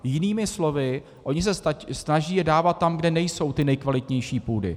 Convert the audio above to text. Jinými slovy, oni se snaží je dávat tam, kde nejsou nejkvalitnější půdy.